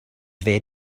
very